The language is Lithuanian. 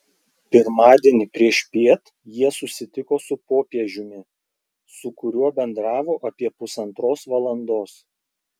pirmadienį priešpiet jie susitiko su popiežiumi su kuriuo bendravo apie pusantros valandos